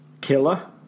Killer